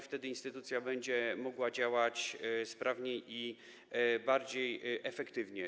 Wtedy instytucja będzie mogła działać sprawniej i bardziej efektywnie.